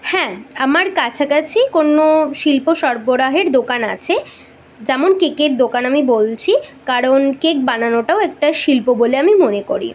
হ্যাঁ আমার কাছাকাছি কোনো শিল্প সরবরাহের দোকান আছে যেমন কেকের দোকান আমি বলছি কারণ কেক বানানোটাও একটা শিল্প বলে আমি মনে করি